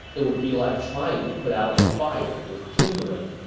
it would be like trying to put out a fire with kindling.